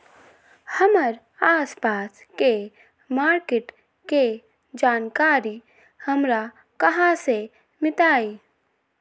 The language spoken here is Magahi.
हमर आसपास के मार्किट के जानकारी हमरा कहाँ से मिताई?